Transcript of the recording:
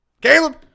Caleb